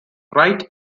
right